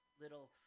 little